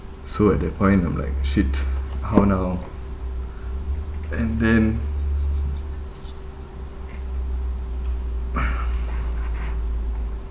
so at that point I'm like shit how now and then